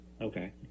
okay